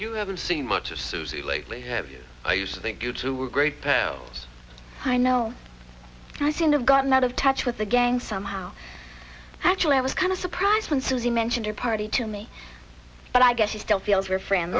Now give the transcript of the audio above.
you haven't seen much of susie lately have you i used to think you two were great pals i know i seem to have gotten out of touch with the gang somehow actually i was kind of surprised when suzy mentioned her party to me but i guess she still feels her friend